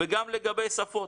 גם לגבי שפות.